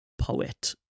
poet